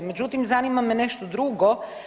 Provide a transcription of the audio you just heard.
Međutim, zanima me nešto drugo.